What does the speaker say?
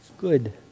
good